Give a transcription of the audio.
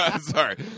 Sorry